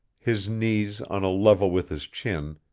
his knees on a level with his chin,